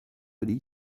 wedi